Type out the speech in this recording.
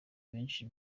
benshi